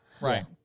right